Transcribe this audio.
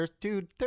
Dude